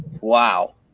Wow